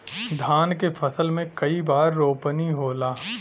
धान के फसल मे कई बार रोपनी होला?